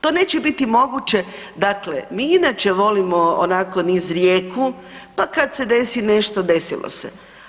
To neće biti moguće, dakle mi inače volimo onako niz rijeku, pa kad se desi nešto desilo se.